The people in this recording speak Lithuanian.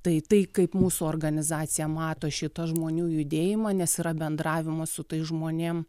tai kaip mūsų organizacija mato šitą žmonių judėjimą nes yra bendravimas su tais žmonėm